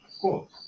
Cool